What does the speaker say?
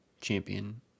champion